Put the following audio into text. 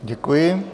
Děkuji.